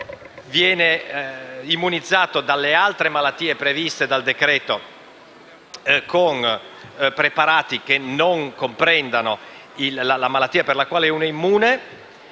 viene immunizzato dalle altre malattie previste dal decreto-legge con preparati che non comprendono la malattia per la quale è immune;